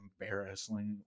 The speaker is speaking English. embarrassingly